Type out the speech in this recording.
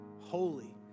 holy